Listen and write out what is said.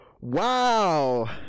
wow